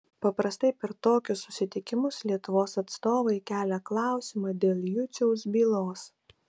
paprastai per tokius susitikimus lietuvos atstovai kelia klausimą dėl juciaus bylos